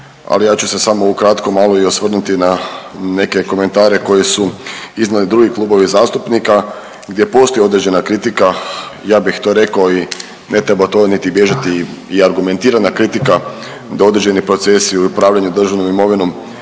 ali ja ću se samo ukratko malo i osvrnuti na neke komentare koje su iznijeli drugi klubovi zastupnika gdje postoji određena kritika. Ja bih to rekao i ne treba to niti bježati i argumentirana kritika da određeni procesi u upravljanju državnom imovinom